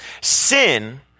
Sin